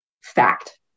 fact